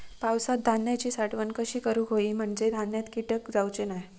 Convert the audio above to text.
पावसात धान्यांची साठवण कशी करूक होई म्हंजे धान्यात कीटक जाउचे नाय?